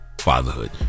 fatherhood